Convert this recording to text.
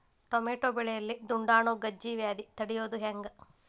Tomato ಬೆಳೆಯಲ್ಲಿ ದುಂಡಾಣು ಗಜ್ಗಿ ವ್ಯಾಧಿ ತಡಿಯೊದ ಹೆಂಗ್?